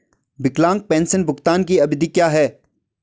विकलांग पेंशन भुगतान की अवधि क्या है?